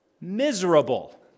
Miserable